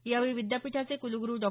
यावेळी विद्यापीठाचे कुलगुरु डॉ